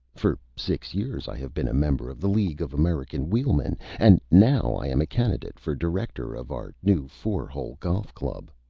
for six years i have been a member of the league of american wheelmen and now i am a candidate for director of our new four-hole golf club.